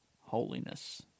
holiness